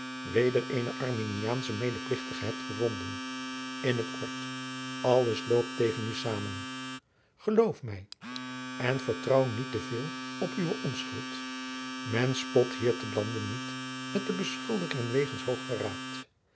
weder eenen arminiaanschen medeplichtige hebt gevonden in t kort alles loopt tegen u samen geloof mij en vertrouw niet te veel op uwe onjacob van lennep de pleegzoon schuld men spot hier te lande niet met de beschuldigingen